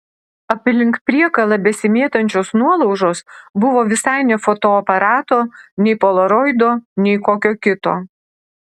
aplink priekalą besimėtančios nuolaužos buvo visai ne fotoaparato nei polaroido nei kokio kito